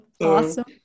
awesome